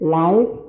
life